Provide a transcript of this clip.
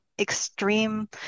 Extreme